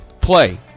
play